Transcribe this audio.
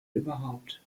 überhaupt